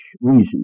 reason